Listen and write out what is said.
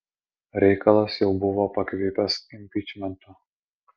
reikalas jau buvo pakvipęs impičmentu